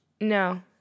No